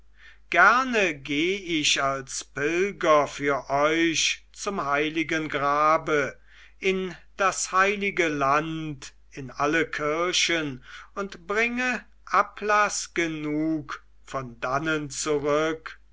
gerne geh ich als pilger für euch zum heiligen grabe in das heilige land in alle kirchen und bringe ablaß genug von dannen zurück